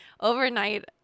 overnight